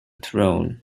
throne